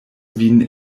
vin